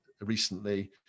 recently